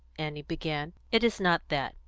annie began. it is not that.